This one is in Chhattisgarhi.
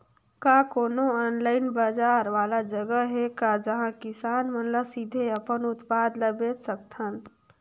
का कोनो ऑनलाइन बाजार वाला जगह हे का जहां किसान मन ल सीधे अपन उत्पाद ल बेच सकथन?